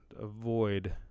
avoid